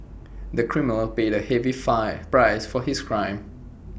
the criminal paid A heavy five price for his crime